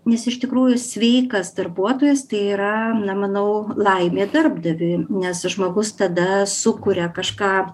nes iš tikrųjų sveikas darbuotojas tai yra na manau laimė darbdaviui nes žmogus tada sukuria kažką